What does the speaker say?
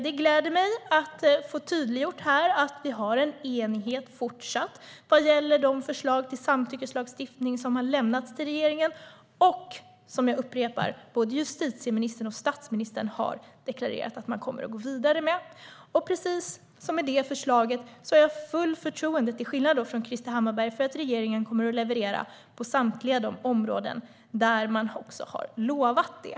Det gläder mig att få tydliggjort att vi fortsatt har en enighet vad gäller de förslag till samtyckeslagstiftning som har lämnats till regeringen och som - jag upprepar det - både justitieministern och statsministern har deklarerat att man kommer att gå vidare med. Precis som med det förslaget har jag, till skillnad från Krister Hammarbergh, fullt förtroende för att regeringen kommer att leverera på samtliga de områden där man också har lovat det.